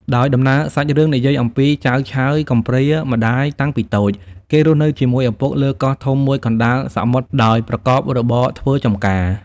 ដោយដំណើរសាច់រឿងនិយាយអំពី ចៅឆើយកំព្រាម្តាយតាំងពីតូច គេរស់នៅជាមួយឪពុក លើកោះធំមួយកណ្តាលសមុទ្រ ដោយប្រកបរបរធ្វើចំការ ។